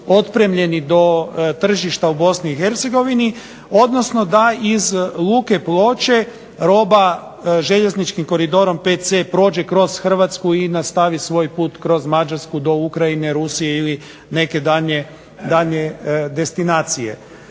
otpremljeni do tržišta u BiH, odnosno da iz Luke Ploče roba željezničkim Koridorom VC prođe kroz Hrvatsku i nastavi svoj put kroz Mađarsku do Ukrajine, Rusije ili neke daljnje destinacije.